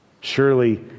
Surely